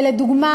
ולדוגמה,